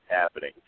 happening